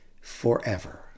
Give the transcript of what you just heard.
forever